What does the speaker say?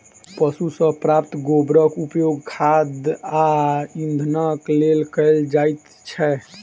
पशु सॅ प्राप्त गोबरक उपयोग खाद आ इंधनक लेल कयल जाइत छै